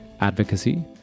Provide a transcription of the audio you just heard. advocacy